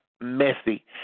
messy